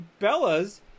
Bellas